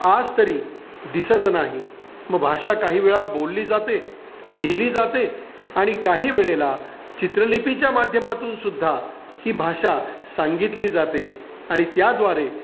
आज तरी दिसत नाही मग भाषा काही वेळा बोलली जाते लिहिली जाते आणि काही वेळेला चित्रलिपिच्या माध्यमातून सुद्धा ही भाषा सांगितली जाते आणि त्याद्वारे